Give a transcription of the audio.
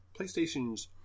playstations